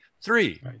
three